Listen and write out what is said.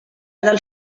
del